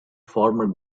former